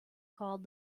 called